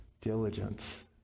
Diligence